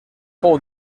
fou